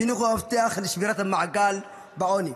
חינוך הוא המפתח לשבירת מעגל העוני.